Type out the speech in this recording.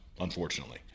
unfortunately